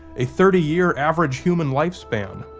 a thirty year average human lifespan,